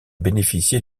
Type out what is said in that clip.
bénéficié